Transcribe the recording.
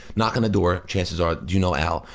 knock on the door. chances are, do you know al?